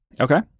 Okay